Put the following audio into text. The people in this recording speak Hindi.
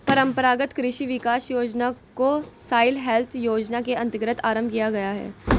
परंपरागत कृषि विकास योजना को सॉइल हेल्थ योजना के अंतर्गत आरंभ किया गया है